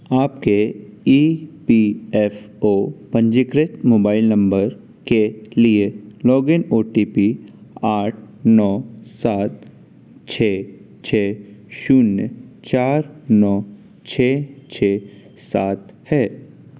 आपके E P F O पंजीकृत mobile number के लिए लॉगिन ओ टी पी आठ नौ सात छः छः शून्य चार नौ छः छः सात है